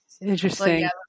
Interesting